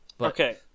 Okay